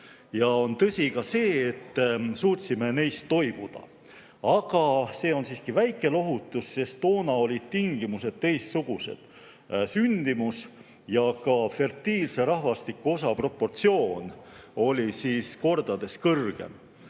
On tõsi ka see, et suutsime neist toibuda. Aga see on siiski väike lohutus, sest toona olid tingimused teistsugused: sündimus ja ka fertiilse rahvastikuosa proportsioon olid kordades kõrgemad.